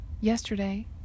yesterday